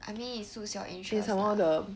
I mean it suits your interests lah